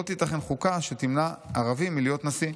לא תיתכן חוקה שתמנע ערבי מלהיות נשיא',